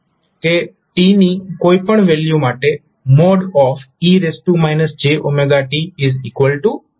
t ની કોઈ પણ વેલ્યુ માટે e jt1